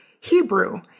Hebrew